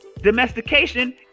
domestication